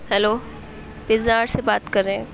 hello pizza hut سے بات کر رہے ہیں